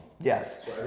Yes